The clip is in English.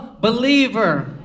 believer